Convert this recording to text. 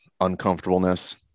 uncomfortableness